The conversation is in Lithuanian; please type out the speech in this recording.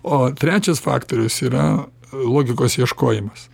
o trečias faktorius yra logikos ieškojimas